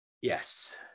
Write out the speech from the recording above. Yes